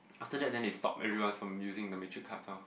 after that then they stop everyone from using the metric cards lor